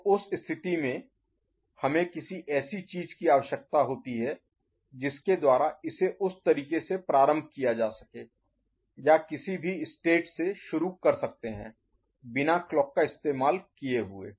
तो उस स्थिति में हमें किसी ऐसी चीज की आवश्यकता होती है जिसके द्वारा इसे उस तरीके से प्रारंभ किया जा सके या किसी भी स्टेट से शुरू कर सकते हैं बिना क्लॉक का इस्तेमाल किये हुए